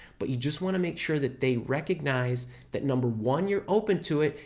but you just want to make sure that they recognize that number one you're open to it,